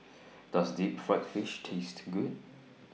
Does Deep Fried Fish Taste Good